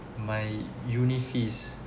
my uni fees